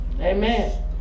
Amen